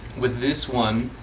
with this one,